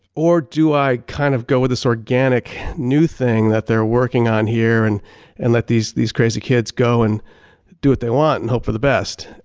or do i kind of go with this organic new thing that they're working on here and and let these these crazy kids go and do what they want and hope for the best.